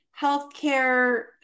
healthcare